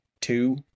two